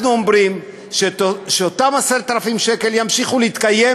אנחנו אומרים שאותם 10,000 שקל ימשיכו להתקיים